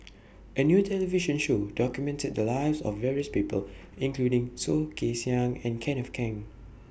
A New television Show documented The Lives of various People including Soh Kay Siang and Kenneth Keng